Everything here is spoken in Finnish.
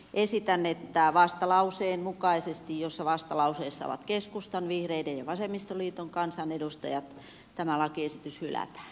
esitän että vastalauseen mukaisesti jossa vastalauseessa ovat keskustan vihreiden ja vasemmistoliiton kansanedustajat tämä lakiesitys hylätään